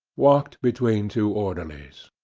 walked between two orderlies.